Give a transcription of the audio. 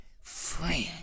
friend